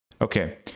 Okay